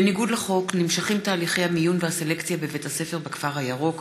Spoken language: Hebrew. בניגוד לחוק נמשכים תהליכי המיון והסלקציה בבית הספר בכפר הירוק,